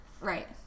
Right